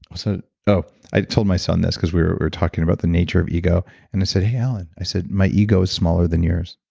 so oh i told my son this because we we're talking about the nature ego and i said, hey allen, i said, my ego is smaller than yours.